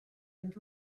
and